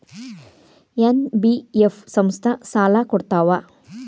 NBF ಸಂಸ್ಥಾ ಸಾಲಾ ಕೊಡ್ತಾವಾ?